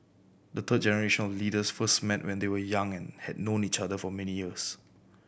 the third generation of leaders first met when they were young and had known each other for many years